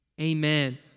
Amen